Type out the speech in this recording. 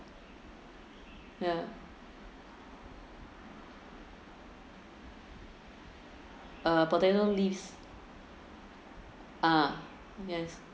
potato leaves ah yes